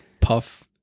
puff